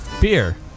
Beer